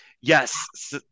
Yes